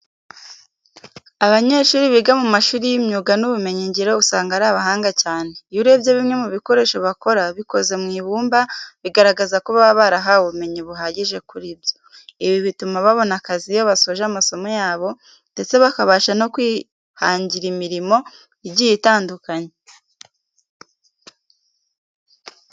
Abanyeshuri biga mu mashuri y'imyuga n'ubumenyingiro usanga ari abahanga cyane, iyo urebye bimwe mu bikoresho bakora bikoze mu ibumba bigaragaza ko baba barahawe ubumenyi buhagije kuri byo. Ibi bituma babona akazi iyo basoje amasomo yabo ndetse bakabasha no kwihangira imirimo igiye itandukanye.